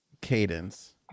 Cadence